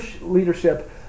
leadership